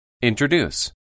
Introduce